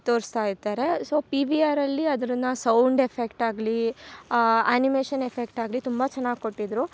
ತೋರಿಸ್ತಾ ಇರ್ತಾರೆ so P V ಆರಲ್ಲಿ ಅದನ್ನ ಸೌಂಡ್ ಎಫೆಕ್ಟ್ ಆಗಲಿ ಆ್ಯನಿಮೇಷನ್ ಎಫೆಕ್ಟ್ ಆಗಲಿ ತುಂಬ ಚೆನ್ನಾಗ್ ಕೊಟ್ಟಿದ್ರು